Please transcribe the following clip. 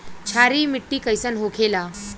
क्षारीय मिट्टी कइसन होखेला?